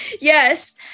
Yes